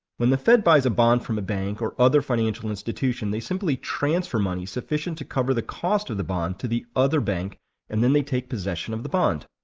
when the fed buys a bond from a bank or other financial institution, they simply transfer money sufficient to cover the cost of the bond to the other bank and then they take possession of the bond.